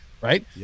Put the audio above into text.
right